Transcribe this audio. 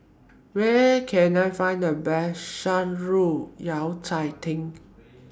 Where Can I Find The Best Shan Rui Yao Cai Tang